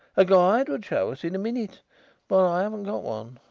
a guide would show us in a minute but i haven't got one.